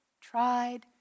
tried